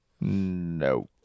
No